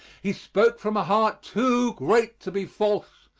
he spoke from a heart too great to be false,